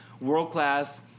world-class